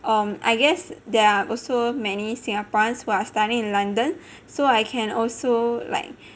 um I guess there are also many singaporeans who are studying in london so I can also like